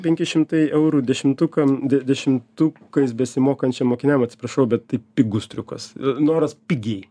penki šimtai eurų dešimtukam de dešimtukais besimokančiam mokiniam atsiprašau bet tai pigus triukas noras pigiai